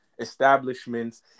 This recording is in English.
establishments